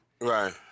Right